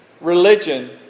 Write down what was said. religion